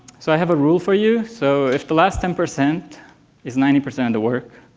so i have a rule for you so if the last ten percent is ninety percent of the work,